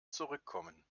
zurückkommen